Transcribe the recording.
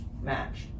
match